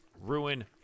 Ruin